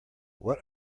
what